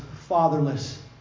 fatherless